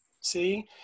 See